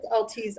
LT's